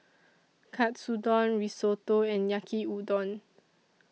Katsudon Risotto and Yaki Udon